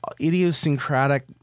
idiosyncratic